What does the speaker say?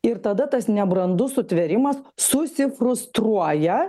ir tada tas nebrandus sutvėrimas susi frustruoja